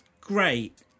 great